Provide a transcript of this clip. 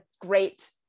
great